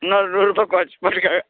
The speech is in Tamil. இன்னொரு நூறுரூபா கொறச்சு போடுங்க